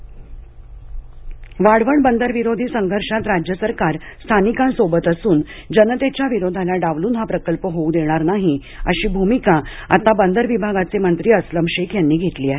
वाढवण बंदर मंत्री भूमिका वाढवण बंदरविरोधी संघर्षात राज्य सरकार स्थानिकांसोबत असून जनतेच्या विरोधाला डावलून हा प्रकल्प होऊ देणार नाही अशी भूमिका आता बंदर विभागाचे मंत्री अस्लम शेख यांनी घेतली आहे